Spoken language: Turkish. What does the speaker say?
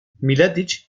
mladiç